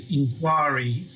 inquiry